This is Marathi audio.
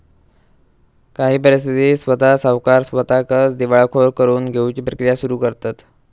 काही परिस्थितीत स्वता सावकार स्वताकच दिवाळखोर करून घेउची प्रक्रिया सुरू करतंत